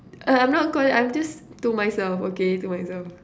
uh I I'm not call~ I'm just to myself okay to myself